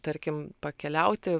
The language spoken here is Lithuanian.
tarkim pakeliauti